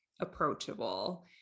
approachable